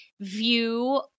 view